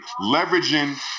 leveraging